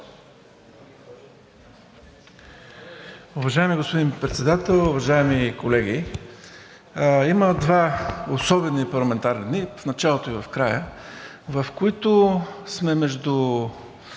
Уважаеми господин Председател, уважаеми колеги! Има два особени парламентарни дни – в началото и в края, в които сме между